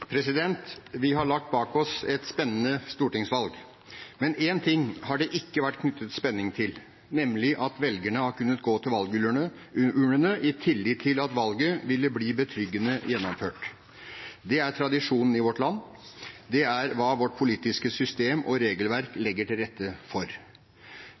oktober. Vi har lagt bak oss et spennende stortingsvalg. Men én ting har det ikke vært knyttet spenning til, nemlig at velgerne har kunnet gå til valgurnene i tillit til at valget ville bli betryggende gjennomført. Det er tradisjonen i vårt land. Det er hva vårt politiske system og regelverk legger til rette for.